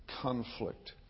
conflict